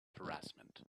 harassment